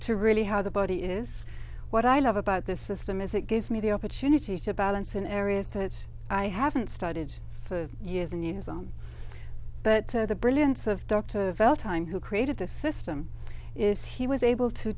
to really how the body is what i love about this system is it gives me the opportunity to balance in areas that i haven't started for years and years on but the brilliance of dr bell time who created this system is he was able to